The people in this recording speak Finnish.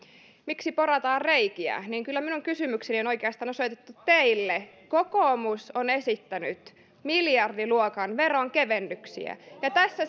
miksi porataan reikiä että kyllä minun kysymykseni on oikeastaan osoitettu teille kokoomus on esittänyt miljardiluokan veronkevennyksiä ja tässä